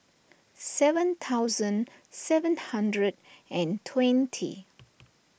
seven thousand seven hundred and twenty